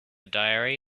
diary